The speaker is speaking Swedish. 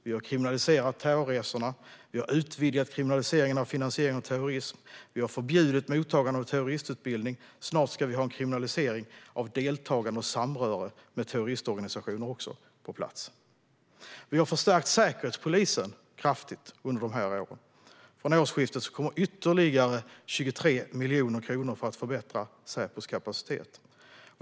Vi har kriminaliserat terrorresorna, vi har utvidgat kriminaliseringen av finansiering av terrorism, vi har förbjudit mottagande av terroristutbildning och snart ska vi även ha på plats en kriminalisering av deltagande och samröre med terroristorganisationer. Vi har förstärkt Säkerhetspolisen kraftigt under de här åren, och från årsskiftet kommer ytterligare 23 miljoner kronor för att förbättra Säpos kapacitet.